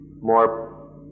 more